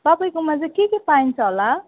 तपाईँकोमा चाहिँ के के पाइन्छ होला